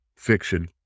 fiction